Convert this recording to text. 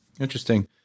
Interesting